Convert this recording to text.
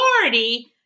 authority